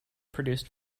produced